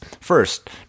first